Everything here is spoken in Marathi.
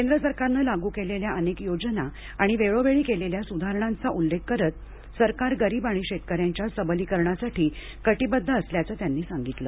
केंद्र सरकारनं लागू केलेल्या अनेक योजना आणि वेळोवेळी केलेल्या सुधारणांचा उल्लेख करत सरकार गरीब आणि शेतकऱ्यांच्या सबलीकरणासाठी कटिबद्ध असल्याचं त्यांनी सांगितलं